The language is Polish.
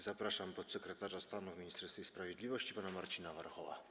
Zapraszam podsekretarza stanu w Ministerstwie Sprawiedliwości pana Marcina Warchoła.